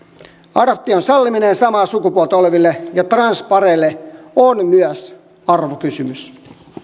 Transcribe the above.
adoption salliminen samaa sukupuolta oleville ja transpareille on myös arvokysymys